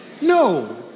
no